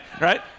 right